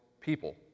people